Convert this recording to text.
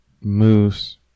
moose